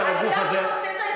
אבל הגוף הזה,